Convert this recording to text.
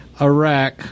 Iraq